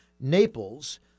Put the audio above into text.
Naples